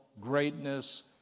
greatness